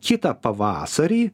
kitą pavasarį